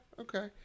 okay